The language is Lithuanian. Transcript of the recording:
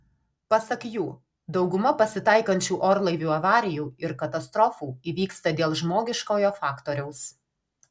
pasak jų dauguma pasitaikančių orlaivių avarijų ir katastrofų įvyksta dėl žmogiškojo faktoriaus